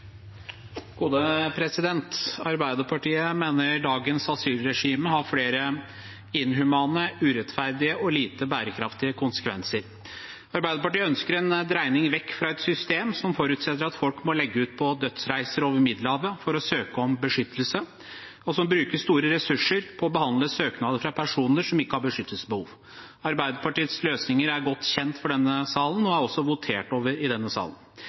Arbeiderpartiet mener dagens asylregime har flere inhumane, urettferdige og lite bærekraftige konsekvenser. Arbeiderpartiet ønsker en dreining vekk fra et system som forutsetter at folk må legge ut på dødsreiser over Middelhavet for å søke om beskyttelse, og som bruker store ressurser på å behandle søknader fra personer som ikke har beskyttelsesbehov. Arbeiderpartiets løsninger er godt kjent for denne salen, og er også votert over i denne salen.